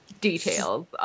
details